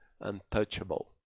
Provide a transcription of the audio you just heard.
untouchable